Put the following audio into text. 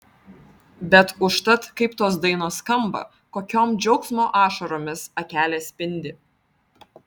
bet užtat kaip tos dainos skamba kokiom džiaugsmo ašaromis akelės spindi